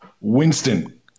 Winston